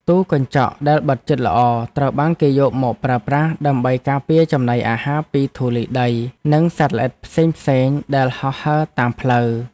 ទូកញ្ចក់ដែលបិទជិតល្អត្រូវបានគេយកមកប្រើប្រាស់ដើម្បីការពារចំណីអាហារពីធូលីដីនិងសត្វល្អិតផ្សេងៗដែលហោះហើរតាមផ្លូវ។